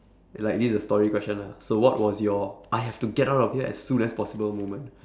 like this is a story question lah so what was your I have to get out of here as soon as possible moment